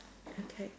okay